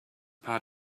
part